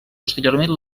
posteriorment